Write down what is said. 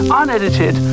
unedited